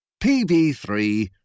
PB3